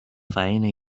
faena